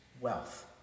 wealth